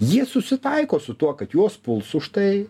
jie susitaiko su tuo kad juos puls už tai